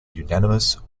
unanimous